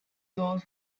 those